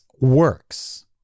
works